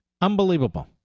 Unbelievable